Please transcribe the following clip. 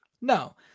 No